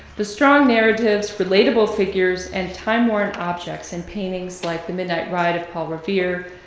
the strong narratives, relatable figures, and time-worn objects in paintings like the midnight ride of paul revere,